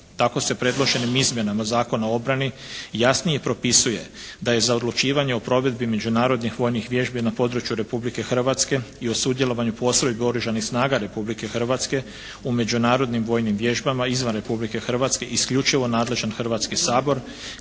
Tako se predloženim izmjenama Zakona o obrani jasnije propisuje da je za odlučivanje o provedbi međunarodnih vojnih vježbi na području Republike Hrvatske i u sudjelovanju u postrojbi Oružanih snaga Republike Hrvatske u međunarodnim vojnim vježbama izvan Republike Hrvatske isključivo nadležan Hrvatski sabor